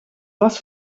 was